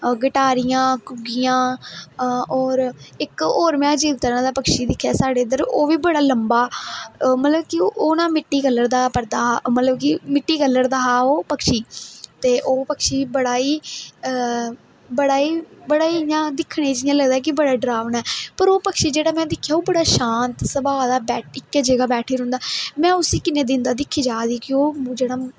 गटारियां घुग्गियां ओर इक और में इक अजीब तरह दा पक्षी दिक्खेआ साढ़े इद्धर ओह्बी बड़ा लम्बां मतलब कि ओह् ना मिट्टी कलर दा मतलब कि मिट्टी कलर दा ओह् पक्षी ते ओह् पक्षी बड़ा ही हे बड़ा ही बड़ा ही इयां दिक्खने च इयां लगदा कि बड़ा डरावना ऐ पर ओह् पक्षी जेहड़ा में दिक्खेआ ओह् बड़ा शांत स्भाऽ दा इक जगह बेठी रौंहदा में उसी किन्ने दिन दा दिक्खी जारदी ही कि ओह् जेहड़ा